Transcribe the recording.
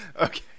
Okay